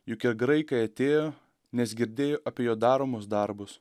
juk ir graikai atėjo nes girdėjo apie jo daromus darbus